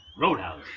Roadhouse